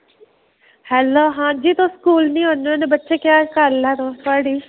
hello हां जी तुस स्कूल निं औन्ने होन्न बच्चे केह् गल्ल ऐ तुस थुआढ़ी